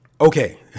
okay